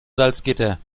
salzgitter